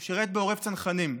הוא שירת בעורב צנחנים.